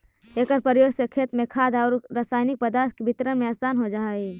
एकर प्रयोग से खेत में खाद औउर रसायनिक पदार्थ के वितरण में आसान हो जा हई